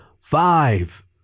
Five